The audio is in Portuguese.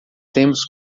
temos